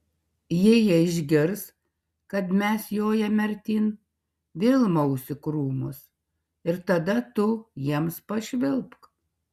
jei jie išgirs kad mes jojame artyn vėl maus į krūmus ir tada tu jiems pašvilpk